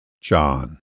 John